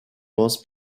was